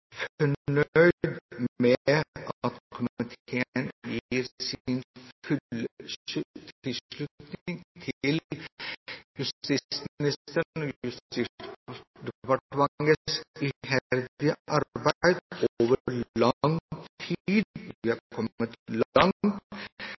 fornøyd med at komiteen gir sin fulle tilslutning til justisministerens og Justisdepartementets iherdige arbeid over lang tid. Vi